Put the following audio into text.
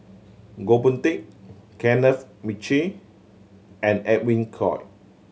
Goh Boon Teck Kenneth Mitchell and Edwin Koek